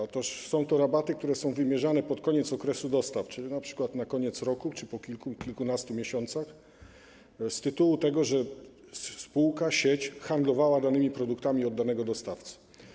Otóż są to rabaty wymierzone pod koniec okresu dostaw, czyli np. na koniec roku czy po kilku, kilkunastu miesiącach, z tego tytułu, że spółka, sieć, handlowała danymi produktami od danego dostawcy.